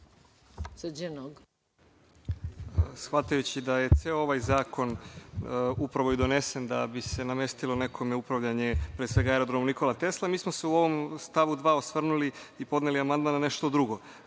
Shvatajući da je ceo ovaj zakon upravo i donesen da bi se namestilo nekome upravljanje, pre svega, aerodromom „Nikola Tesla“, mi smo se u ovom stavu 2. osvrnuli i podneli amandman na nešto drugo.